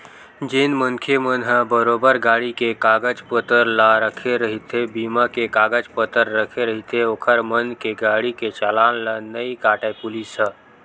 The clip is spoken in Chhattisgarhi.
जेन मनखे मन ह बरोबर गाड़ी के कागज पतर ला रखे रहिथे बीमा के कागज पतर रखे रहिथे ओखर मन के गाड़ी के चलान ला नइ काटय पुलिस ह